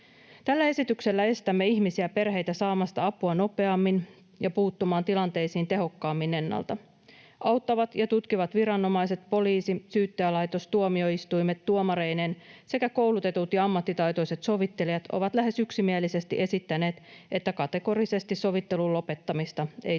Tällä esityksellä estämme ihmisiä ja perheitä saamasta apua nopeammin ja puuttumaan tilanteisiin tehokkaammin ennalta. Auttavat ja tutkivat viranomaiset, poliisi, Syyttäjälaitos, tuomioistuimet tuomareineen sekä koulutetut ja ammattitaitoiset sovittelijat ovat lähes yksimielisesti esittäneet, että kategorisesti sovittelun lopettamista ei tulisi